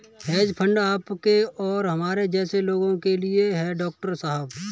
hedge fund आपके और हमारे जैसे लोगों के लिए नहीं है, डॉक्टर साहब